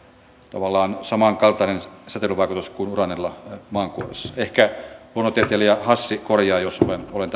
tavallaan samankaltainen säteilyvaikutus kuin uraanilla maankuoressa ehkä luonnontieteilijä hassi korjaa jos olen